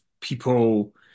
people